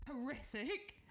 horrific